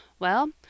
Well